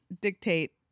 dictate